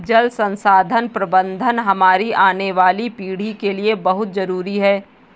जल संसाधन प्रबंधन हमारी आने वाली पीढ़ी के लिए बहुत जरूरी है